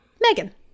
megan